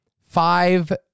Five